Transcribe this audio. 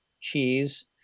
cheese